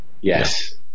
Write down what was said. Yes